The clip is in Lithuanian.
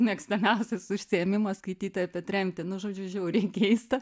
mėgstamiausias užsiėmimas skaityti apie tremtį nu žodžiu žiauriai keista